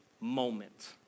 moment